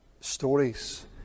stories